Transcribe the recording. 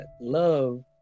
Love